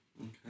Okay